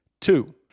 Two